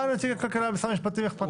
מה נציג משרד הכלכלה ומשרד המשפטים אכפת לו?